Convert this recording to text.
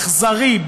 אכזרי,